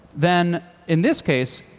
then in this case,